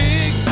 Big